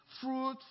fruit